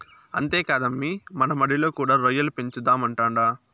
అంతేకాదమ్మీ మన మడిలో కూడా రొయ్యల పెంచుదామంటాండా